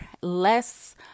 less